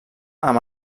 amb